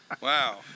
Wow